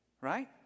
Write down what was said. right